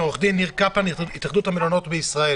עו"ד ניר קפלן, התאחדות המלונות בישראל.